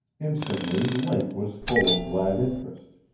instantly link was full of glad interest.